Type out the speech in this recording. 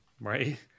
Right